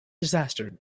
disaster